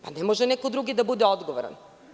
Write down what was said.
Pa, ne može neko drugi da bude odgovoran.